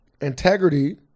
Integrity